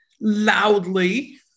loudly